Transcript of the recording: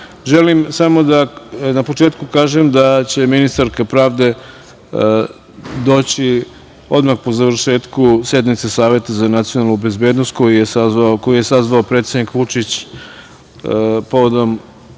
pravde. Želim na početku da kažem da će ministarka pravde doći odmah po završetku sednice Saveta za nacionalnu bezbednosti, koji je sazvao predsednik Vučić povodom